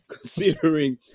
Considering